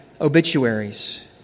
obituaries